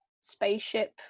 spaceship